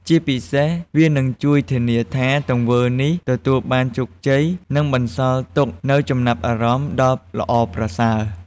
ជាពិសេសវានឹងជួយធានាថាទង្វើនេះទទួលបានជោគជ័យ និងបន្សល់ទុកនូវចំណាប់អារម្មណ៍ដ៏ល្អប្រសើរ។